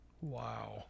wow